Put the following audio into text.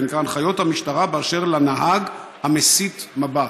זה נקרא: הנחיות המשטרה באשר לנהג המסיט מבט.